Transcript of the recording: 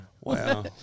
Wow